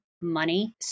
money